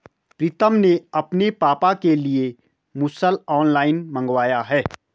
प्रितम ने अपने पापा के लिए मुसल ऑनलाइन मंगवाया है